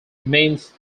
means